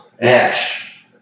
Ash